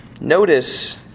Notice